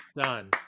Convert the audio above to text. done